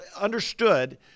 understood